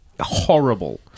horrible